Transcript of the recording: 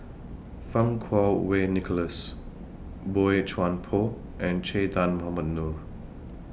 Fang Kuo Wei Nicholas Boey Chuan Poh and Che Dah Mohamed Noor